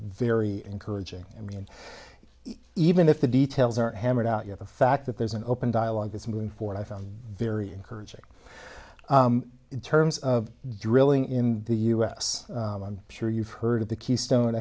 very encouraging i mean even if the details are hammered out yet the fact that there's an open dialogue is moving forward i found very encouraging in terms of drilling in the u s i'm sure you've heard of the keystone